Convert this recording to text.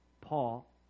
Paul